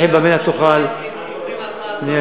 לחם במלח תאכל ובתורה אתה עמל,